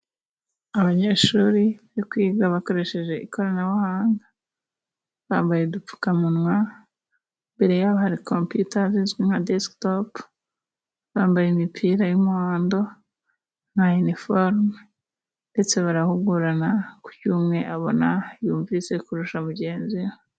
Abanyeshuri bari kwiga bakoresheje ikoranabuhanga bambaye udupfukamunwa ,imbere yabo hari kompiyuta zizwi nka desikitopu bambaye imipira y'umuhondo nka iniforume, ndetse barahugurana ku cyo umwe abona yumvise kurusha mugenzi we.